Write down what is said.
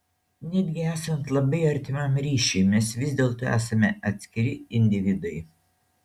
netgi esant labai artimam ryšiui mes vis dėlto esame atskiri individai